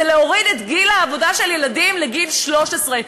להוריד את גיל העבודה של ילדים לגיל 13?